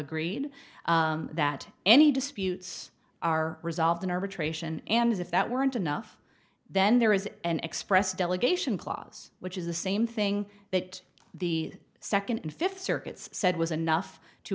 agreed that any disputes are resolved in arbitration and as if that weren't enough then there is an express delegation clause which is the same thing that the second and fifth circuits said was enough to